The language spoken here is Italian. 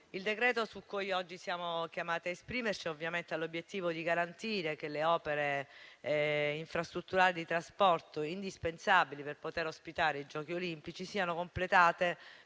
il decreto-legge su cui oggi siamo chiamati a esprimerci ha l'obiettivo di garantire che le opere infrastrutturali di trasporto, indispensabili per poter ospitare i Giochi olimpici, siano completate